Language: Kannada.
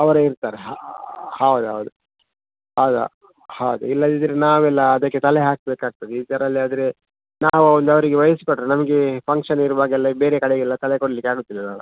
ಅವರೇ ಇರ್ತಾರೆ ಹೌದು ಹೌದು ಹೌದು ಹೌದು ಇಲ್ಲದಿದ್ದರೆ ನಾವೆಲ್ಲ ಅದಕ್ಕೆ ತಲೆ ಹಾಕಬೇಕಾಗ್ತದೆ ಈ ಥರ ಎಲ್ಲ ಇದ್ದರೆ ನಾವು ಒಂದು ಅವರಿಗೆ ವಹ್ಸಿ ಕೊಟ್ಟರೆ ನಮಗೆ ಫಂಕ್ಷನ್ ಇರುವಾಗೆಲ್ಲ ಬೇರೆ ಕಡೆಗೆಲ್ಲ ತಲೆ ಕೊಡಲಿಕ್ಕೆ ಆಗೋದಿಲ್ಲ ಅಲ್ಲ